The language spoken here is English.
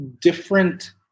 different